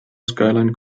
skyline